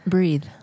Breathe